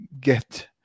get